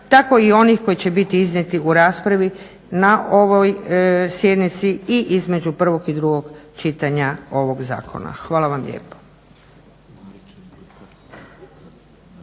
tako i onim koji će biti iznijeti u raspravi na ovoj sjednici i između prvog i drugog čitanja ovoga zakona. Hvala vam lijepo.